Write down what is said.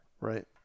Right